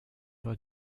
war